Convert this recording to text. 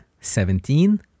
Seventeen